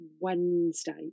Wednesday